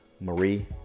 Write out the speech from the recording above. Marie